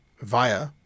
Via